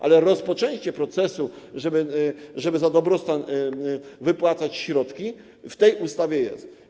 Ale rozpoczęcie procesu, tego, żeby za dobrostan wypłacać środki, w tej ustawie jest.